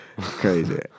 Crazy